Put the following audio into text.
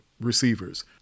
Receivers